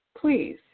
please